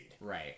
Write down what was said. right